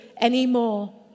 anymore